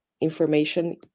information